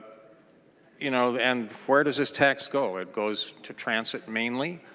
you know and where does this tax go? it goes to transit mainly?